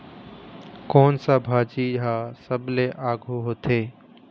कोन सा भाजी हा सबले आघु होथे?